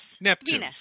Neptune